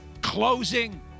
closing